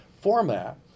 format